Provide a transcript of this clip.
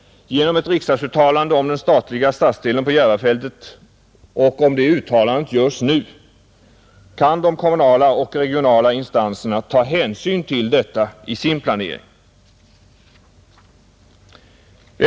Genom ett riksdagsuttalande om den statliga stadsdelen på Järvafältet — och om det uttalandet görs nu — kan de kommunala och regionala instanserna ta hänsyn till detta i sin planering. 6.